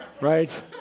right